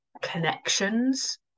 connections